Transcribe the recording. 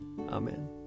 Amen